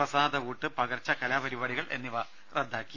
പ്രസാദ ഊട്ട് പകർച്ച കലാപരിപാടികൾ എന്നിവ റദ്ദാക്കി